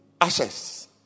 Ashes